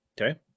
Okay